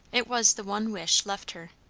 it was the one wish left her.